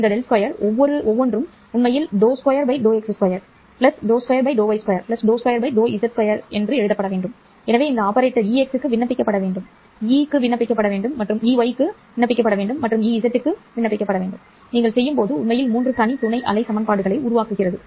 இந்த ∇2 ஒவ்வொன்றும் உண்மையில் ∂2 ∂x2 ∂2 ∂ y2 ∂2 ∂z2 ஆகும் எனவே இந்த ஆபரேட்டர் Ex க்கு விண்ணப்பிக்கப்பட வேண்டும் E க்கு விண்ணப்பிக்கப்பட வேண்டும் மற்றும் Ez க்கு விண்ணப்பிக்க வேண்டும் நீங்கள் செய்யும் போது உண்மையில் மூன்று தனி துணை அலை சமன்பாடுகளை உருவாக்குகிறது